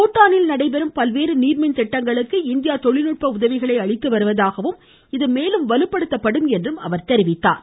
பூடானில் நடைபெறும் பல்வேறு நீர்மின் திட்டங்களுக்கு இந்தியா தொழில்நுட்ப உதவிகளை அளித்து வருவதாகவும் இது மேலும் வலுப்படுத்தப்படும் என்றும் பிரதமர் கூறினார்